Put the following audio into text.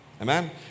Amen